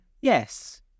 yes